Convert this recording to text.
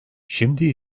şimdi